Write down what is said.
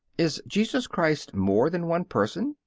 is jesus christ more than one person?